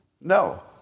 No